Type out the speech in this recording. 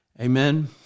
Amen